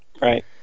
Right